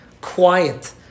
quiet